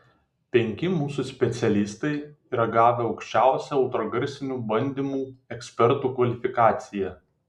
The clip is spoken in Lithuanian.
penki mūsų specialistai yra gavę aukščiausią ultragarsinių bandymų ekspertų kvalifikaciją